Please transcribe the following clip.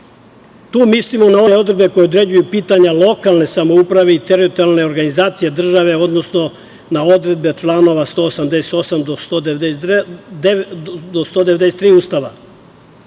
mislimo na one odredbe koje određuju pitanja lokalne samouprave i teritorijalne organizacije države, odnosno na odredbe članova 188. do 193. Ustava.